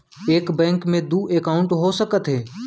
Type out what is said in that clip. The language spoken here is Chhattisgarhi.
एक बैंक में दू एकाउंट हो सकत हे?